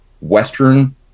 western